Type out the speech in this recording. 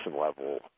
level